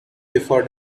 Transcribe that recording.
before